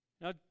Now